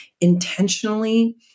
intentionally